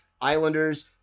Islanders